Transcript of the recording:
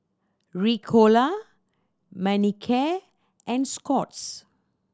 Ricola Manicare and Scott's